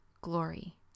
glory